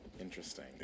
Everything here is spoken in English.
Interesting